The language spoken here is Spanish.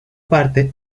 parte